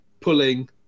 pulling